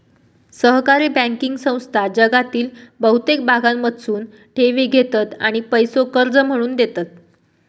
सहकारी बँकिंग संस्था जगातील बहुतेक भागांमधसून ठेवी घेतत आणि पैसो कर्ज म्हणून देतत